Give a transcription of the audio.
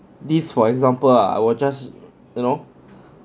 this for example ah I will just you know